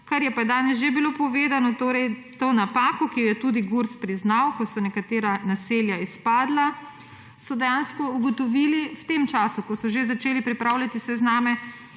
kar je pa danes že bilo povedano. Torej to napako, ki jo je tudi Gurs priznal, ko so nekatera naselja izpadla, so dejansko ugotovili v tem času, ko so že začeli pripravljati sezname